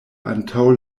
antaŭ